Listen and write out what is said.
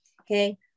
Okay